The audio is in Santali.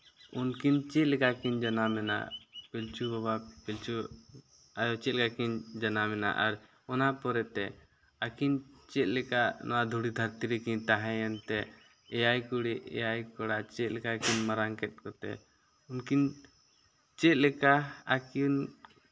ᱩᱱᱠᱤᱱ ᱪᱮᱫ ᱞᱮᱠᱟ ᱠᱤᱱ ᱡᱟᱱᱟᱢ ᱞᱮᱱᱟ ᱯᱤᱞᱪᱩ ᱵᱟᱵᱟ ᱯᱤᱞᱪᱩ ᱟᱭᱳ ᱪᱮᱫ ᱞᱮᱠᱟ ᱠᱤᱱ ᱡᱟᱱᱟᱢ ᱞᱮᱱᱟ ᱟᱨ ᱚᱱᱟ ᱯᱚᱨᱮ ᱛᱮ ᱟᱹᱠᱤᱱ ᱪᱮᱫ ᱞᱮᱠᱟ ᱱᱚᱣᱟ ᱫᱷᱩᱲᱤ ᱫᱷᱟᱹᱨᱛᱤ ᱨᱮᱠᱤᱱ ᱛᱟᱦᱮᱸᱭᱮᱱᱛᱮ ᱮᱭᱟᱭ ᱠᱩᱲᱤ ᱮᱭᱟᱭ ᱠᱚᱲᱟ ᱪᱮᱫ ᱞᱮᱠᱟ ᱠᱤᱱ ᱢᱟᱨᱟᱝ ᱠᱮᱫ ᱠᱚᱛᱮ ᱩᱱᱠᱤᱱ ᱪᱮᱫ ᱞᱮᱠᱟ ᱟᱹᱠᱤᱱ